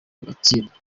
bagatsinda